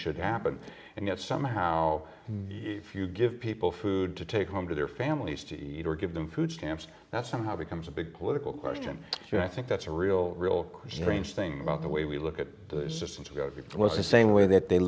should happen and yet somehow if you give people food to take home to their families to give them food stamps that somehow becomes a big political question and i think that's a real real strange thing about the way we look at the system to go it was the same way that they